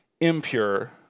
impure